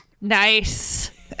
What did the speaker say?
nice